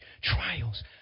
trials